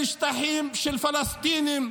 אלה שטחים של פלסטינים.